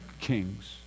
kings